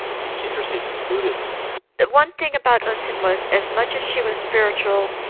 she was interested in buddhism one thing about eunsoon was, as much as she was spiritual,